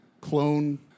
clone